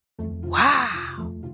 Wow